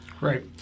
Right